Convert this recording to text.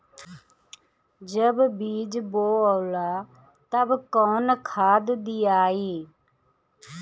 जब बीज बोवाला तब कौन खाद दियाई?